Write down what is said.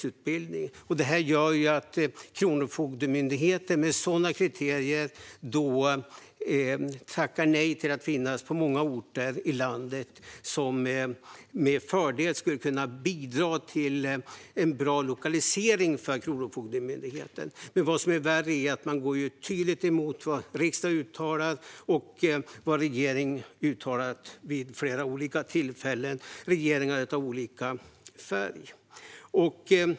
Sådana kriterier gör att Kronofogdemyndigheten tackar nej till att finnas på många orter i landet som med fördel skulle kunna bidra till en bra lokalisering av Kronofogdemyndigheter. Men vad som värre är att man tydligt går emot vad riksdagen och regeringar av olika färg har uttalat vid flera tillfällen.